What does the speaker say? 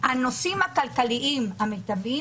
הנושאים הכלכליים המיטביים